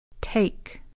Take